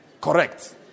Correct